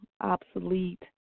obsolete